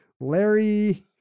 Larry